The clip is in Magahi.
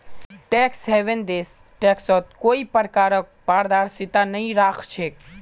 टैक्स हेवन देश टैक्सत कोई प्रकारक पारदर्शिता नइ राख छेक